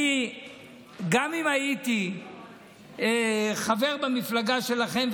גם אם הייתי חבר במפלגה שלכם,